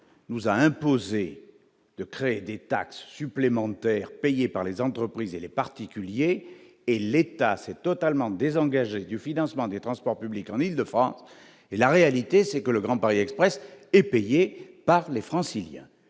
nous a imposé de créer des taxes supplémentaires payés par les entreprises et les particuliers et l'État s'est totalement désengagé du financement des transports publics en Île-de-France et la réalité, c'est que le Grand Paris Express et payé par les Franciliens